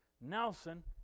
Nelson